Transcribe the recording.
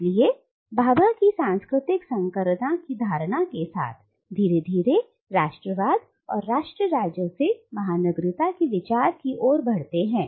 इसलिए भाभा की सांस्कृतिक संकरता की धारणा के साथ धीरे धीरे राष्ट्रवाद और राष्ट्र राज्यों से महानगरीयता के विचार की ओर बढ़ते हैं